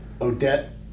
odette